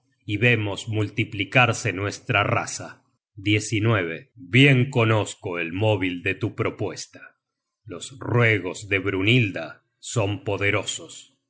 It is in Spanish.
y vemos multiplicarse nuestra raza bien conozco el móvil de tu propuesta los ruegos de brynhilda son poderosos